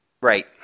right